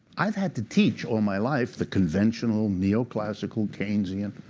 i've had to teach all my life the conventional neoclassical keynesian.